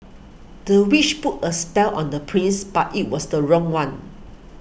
the witch put a spell on the prince but it was the wrong one